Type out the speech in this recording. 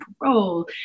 parole